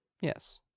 Yes